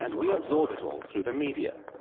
and we absorb it all through the media,